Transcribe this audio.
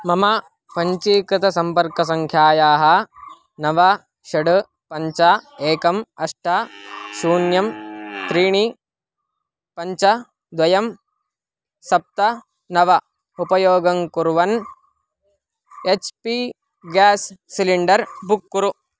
मम पञ्जीकृतसम्पर्कसङ्ख्यायाः नव षट् पञ्च एकम् अष्ट शून्यं त्रीणि पञ्च द्वयं सप्त नव उपयोगं कुर्वन् H P gas cylinder book कुरु